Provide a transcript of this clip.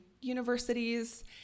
universities